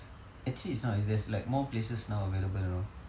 actually it's not there's like more places now available you know